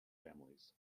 families